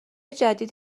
جدید